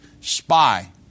spy